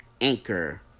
Anchor